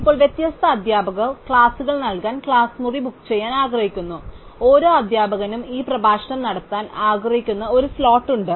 ഇപ്പോൾ വ്യത്യസ്ത അധ്യാപകർ ക്ലാസുകൾ നൽകാൻ ക്ലാസ് മുറി ബുക്ക് ചെയ്യാൻ ആഗ്രഹിക്കുന്നു ഓരോ അധ്യാപകനും ഈ പ്രഭാഷണം നടത്താൻ ആഗ്രഹിക്കുന്ന ഒരു സ്ലോട്ട് ഉണ്ട്